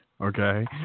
okay